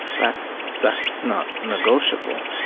that's that's not negotiable.